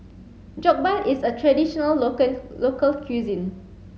Jokbal is a traditional local cuisine